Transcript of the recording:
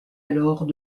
alors